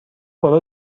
پرو